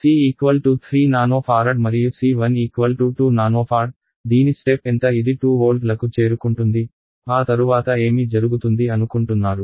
C 3 nano farad మరియు C1 2 nanofarad దీని step ఎంత ఇది 2 వోల్ట్లకు చేరుకుంటుంది ఆ తరువాత ఏమి జరుగుతుంది అనుకుంటున్నారు